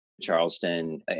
Charleston